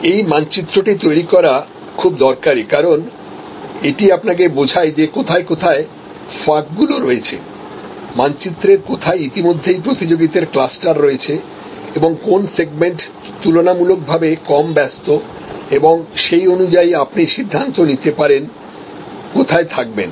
এই মানচিত্রটি তৈরি করা খুব দরকারী কারণ এটি আপনাকে বোঝায় যে কোথায় কোথায়ফাঁকগুলো রয়েছে মানচিত্রের কোথায় ইতিমধ্যেই প্রতিযোগীদের ক্লাস্টার রয়েছে এবং কোন সেগমেন্ট তুলনামূলকভাবে কম ব্যস্ত এবং সেই অনুযায়ী আপনি সিদ্ধান্ত নিতে পারেন কোথায় থাকবেন